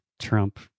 Trump